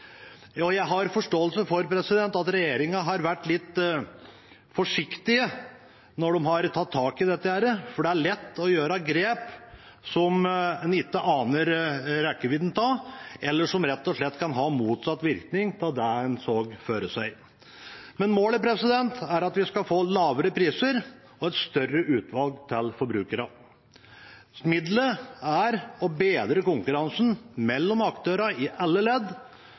Jeg har forståelse for at regjeringen har vært litt forsiktig når de har tatt tak i dette, for det er lett å ta grep som en ikke aner rekkevidden av, eller som rett og slett kan ha motsatt virkning av det en så for seg. Målet er at vi skal få lavere priser og et større utvalg til forbrukerne. Midlet er å bedre konkurransen mellom aktørene i alle ledd.